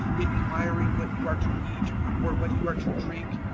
inquiring what you are to eat or what you are to drink,